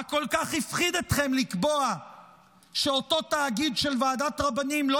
מה כל כך הפחיד אתכם לקבוע שאותו תאגיד של ועדת רבנים לא